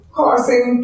causing